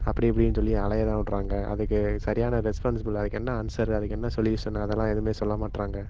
அப்படி இப்படின்னு சொல்லி அலைய தான் விட்றாங்க அதுக்கு சரியான ரெஸ்பான்ஸ்பில் அதுக்கு என்ன ஆன்ஸர் அதுக்கு என்ன சொல்யூஷன் அதெல்லாம் எதுவும் சொல்ல மாட்டேறாங்க